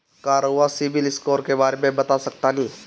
का रउआ सिबिल स्कोर के बारे में बता सकतानी?